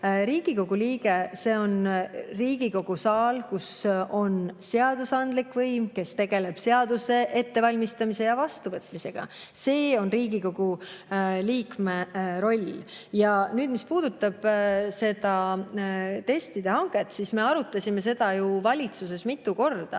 tõendeid. See on Riigikogu saal, kus on seadusandlik võim, kes tegeleb seaduste ettevalmistamise ja vastuvõtmisega. See on Riigikogu liikme roll. Mis puudutab seda testide hanget, siis me arutasime seda ju valitsuses mitu korda.